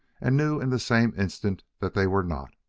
and knew in the same instant that they were not.